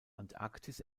antarktis